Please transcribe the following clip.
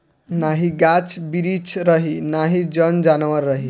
नाही गाछ बिरिछ रही नाही जन जानवर रही